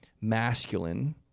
masculine